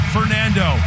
Fernando